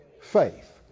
faith